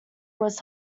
was